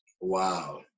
Wow